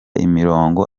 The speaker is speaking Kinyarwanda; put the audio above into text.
imirongo